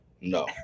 no